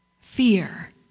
Fear